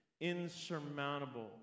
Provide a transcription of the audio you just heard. insurmountable